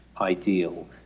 ideal